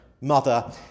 Mother